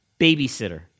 babysitter